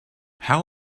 how